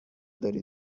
داری